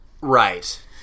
Right